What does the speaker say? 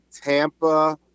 Tampa